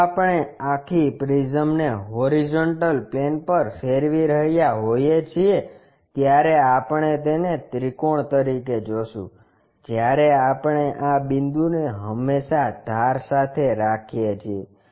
જો આપણે આખી પ્રિઝમને હોરીઝોન્ટલ પ્લેન પર ફેરવી રહ્યા હોઈએ છીએ ત્યારે આપણે તેને ત્રિકોણ તરીકે જોશું જ્યારે આપણે આ બિંદુને હંમેશા ધાર સાથે રાખીએ છીએ